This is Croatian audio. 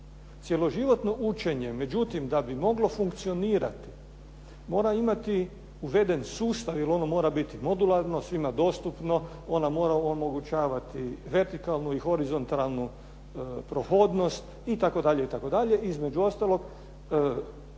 Cjeloživotno učenje, međutim da bi moglo funkcionirati mora imati uveden sustav jer ono mora biti modularno, svima dostupno. Ona mora omogućavati vertikalnu i horizontalnu prohodnost itd. itd. Između ostalog